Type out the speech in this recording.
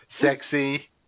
Sexy